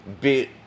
bit